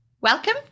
welcome